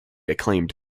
acclaimed